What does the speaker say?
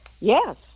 Yes